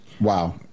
wow